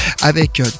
avec